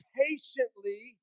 patiently